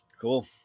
Cool